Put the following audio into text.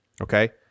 Okay